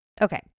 Okay